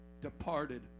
departed